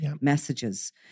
messages